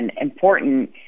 important